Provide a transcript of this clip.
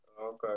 Okay